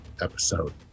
episode